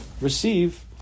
receive